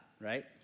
right